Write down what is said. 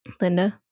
linda